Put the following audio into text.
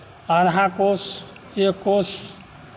आधा कोस एक कोस